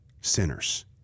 sinners